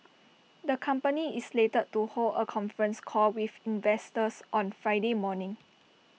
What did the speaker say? the company is slated to hold A conference call with investors on Friday morning